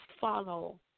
follow